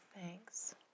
thanks